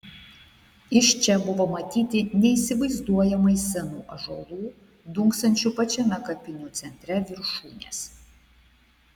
iš čia buvo matyti neįsivaizduojamai senų ąžuolų dunksančių pačiame kapinių centre viršūnės